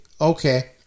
okay